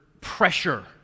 pressure